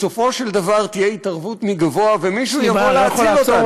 בסופו של דבר תהיה התערבות מגבוה ומישהו יבוא להציל אותנו.